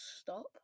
stop